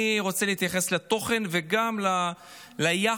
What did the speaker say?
אני רוצה להתייחס לתוכן וגם ליחס,